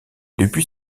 depuis